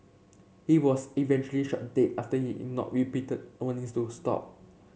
he was eventually shot dead after he ignored repeated warnings to stop